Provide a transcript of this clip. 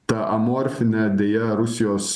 ta amorfinė deja rusijos